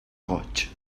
goig